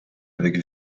avec